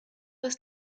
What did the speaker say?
ist